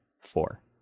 four